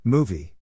Movie